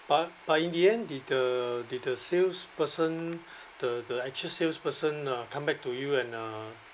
but but in the end did the did the salesperson the the actual salesperson uh come back to you and uh